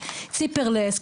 ציפרלקס,